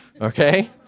okay